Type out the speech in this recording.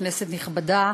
כנסת נכבדה,